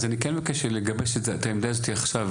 אז אני כן מבקשת שלגבי זה לגבש את העמדה עכשיו,